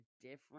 different